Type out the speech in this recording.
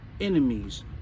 enemies